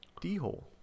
D-hole